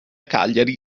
cagliari